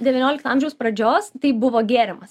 devyniolikto amžiaus pradžios tai buvo gėrimas